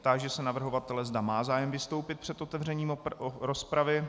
Táži se navrhovatele, zda má zájem vystoupit před otevřením rozpravy.